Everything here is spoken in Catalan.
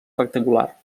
rectangular